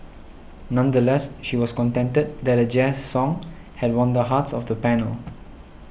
nonetheless she was contented that a Jazz song had won the hearts of the panel